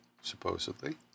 supposedly